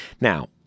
Now